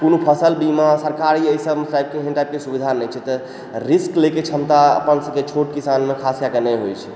कोनो फसल बीमा सरकारी एहि सब टाइप के एहन टाइप के सुविधा नहि छै तऽ रिस्क लै के क्षमता अपन सबके छोट किसान मे खास कए कऽ नहि होइ छै